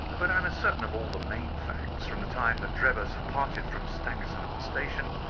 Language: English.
and but i am as certain of all the main facts, from the time that drebber so parted from stangerson at the station,